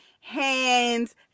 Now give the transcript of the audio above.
hands